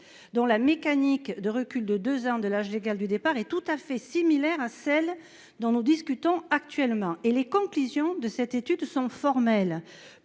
dont la mécanique de recul de l'âge légal de départ était tout à fait similaire à celle dont nous discutons. Les conclusions de cette étude sont formelles